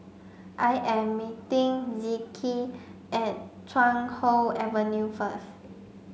I am meeting Zeke at Chuan Hoe Avenue first